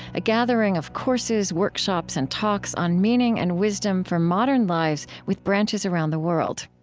a gathering of courses, workshops, and talks on meaning and wisdom for modern lives, with branches around the world.